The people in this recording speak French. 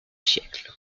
siècle